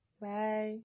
Bye